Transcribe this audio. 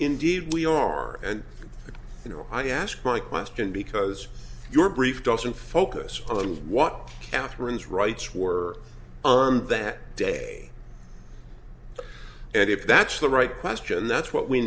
indeed we are and you know i ask my question because your brief doesn't focus on what katherine's rights were on that day and if that's the right question that's what we